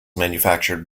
manufactured